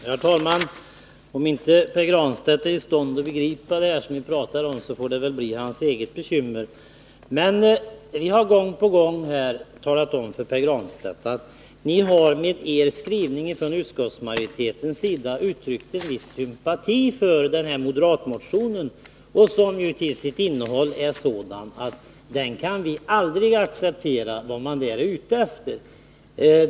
Herr talman! Om inte Pär Granstedt är i stånd att begripa det som vi talar om får det bli hans eget bekymmer. Vi har gång på gång talat om för Pär Granstedt att ni med er skrivning ifrån utskottsmajoritetens sida uttryckt en viss sympati för moderatmotionen, som till sitt innehåll är sådant att vi aldrig kan acceptera vad man där är ute efter.